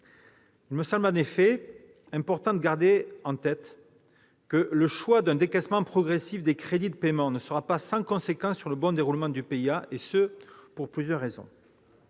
Il me semble en effet important de garder en tête que le choix d'un décaissement progressif des crédits de paiement ne sera pas sans conséquence sur le bon déroulement du PIA, et ce pour plusieurs raisons.